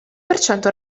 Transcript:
percento